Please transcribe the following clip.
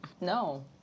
no